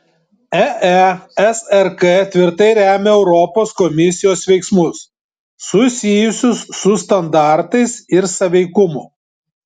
eesrk tvirtai remia europos komisijos veiksmus susijusius su standartais ir sąveikumu